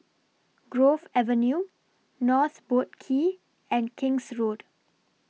Grove Avenue North Boat Quay and King's Road